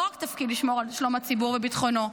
לא רק תפקיד לשמור על שלום הציבור וביטחונו.